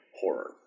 horror